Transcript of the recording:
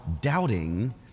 doubting